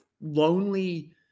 lonely